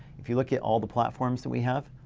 if you look at all the platforms that we have,